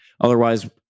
Otherwise